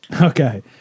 Okay